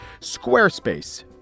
squarespace